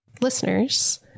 listeners